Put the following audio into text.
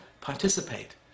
participate